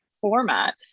format